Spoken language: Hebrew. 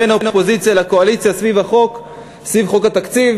בין אופוזיציה לקואליציה סביב חוק התקציב.